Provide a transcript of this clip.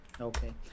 Okay